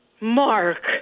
Mark